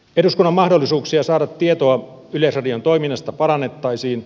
eduskunnan mahdollisuuksia saada tietoa yleisradion toiminnasta parannettaisiin